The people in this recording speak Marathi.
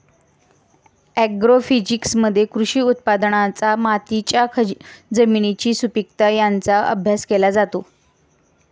ॲग्रोफिजिक्समध्ये कृषी उत्पादनांचा मातीच्या जमिनीची सुपीकता यांचा अभ्यास केला जातो